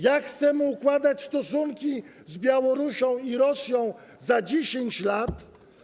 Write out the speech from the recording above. Jak chcemy układać stosunki z Białorusią i Rosją za 10 lat?